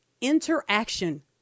interaction